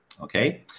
okay